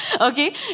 okay